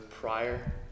prior